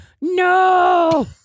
no